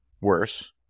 worse